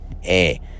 Hey